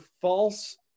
false